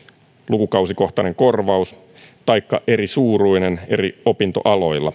lukukausikohtainen korvaus taikka erisuuruinen eri opintoaloilla